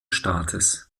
staates